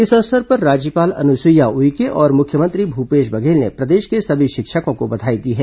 इस अवसर पर राज्यपाल अनुसुईया उइके और मुख्यमंत्री भूपेश बघेल ने प्रदेश के सभी शिक्षकों को बधाई दी है